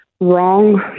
wrong